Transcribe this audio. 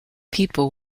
people